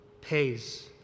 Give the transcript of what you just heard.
pays